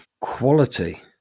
quality